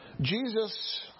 Jesus